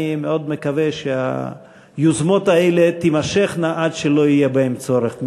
אני מאוד מקווה שהיוזמות האלה תמשכנה עד שלא יהיה בהן צורך.